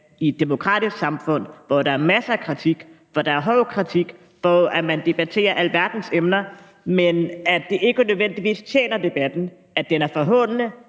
i et demokratisk samfund, hvor der er masser af kritik, hvor der er hård kritik, hvor man debatterer alverdens emner, men at det ikke nødvendigvis tjener debatten, at den er forhånende,